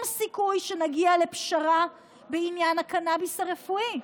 סיכוי שנגיע לפשרה בעניין הקנביס הרפואי,